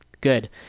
good